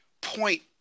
point